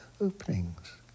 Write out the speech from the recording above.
openings